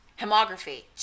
Hemography